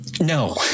No